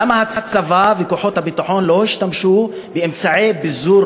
למה הצבא וכוחות הביטחון לא השתמשו באמצעי פיזור